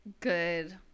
good